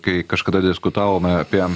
kai kažkada diskutavome apie